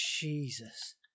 Jesus